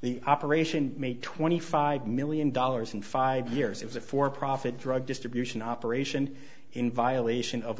the operation made twenty five million dollars in five years it was a for profit drug distribution operation in violation of